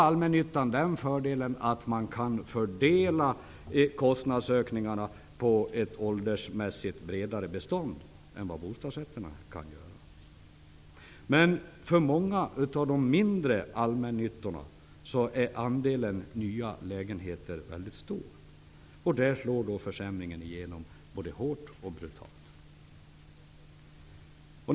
Allmännyttan har dock den fördelen att man kan fördela de ökade kostnaderna på ett åldersmässigt bredare bestånd än vad bostadsrättsföreningarna kan göra. Men för många av de mindre allmännyttiga företagen är andelen nya lägenheter mycket stor. Där slår försämringarna igenom hårt och brutalt.